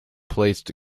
placed